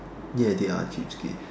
ya they are cheapskate